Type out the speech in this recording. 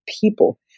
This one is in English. people